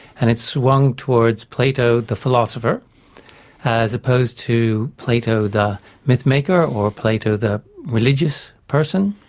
and it swung towards plato the philosopher as opposed to plato the myth-maker or plato the religious person,